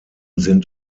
sind